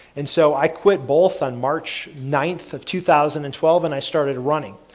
and so, i quit both on march ninth of two thousand and twelve and i started running